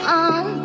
on